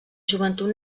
joventut